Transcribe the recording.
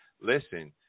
Listen